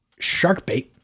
Sharkbait